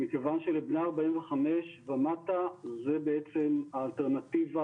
מכיוון שלבני 45 ומטה זה בעצם האלטרנטיבה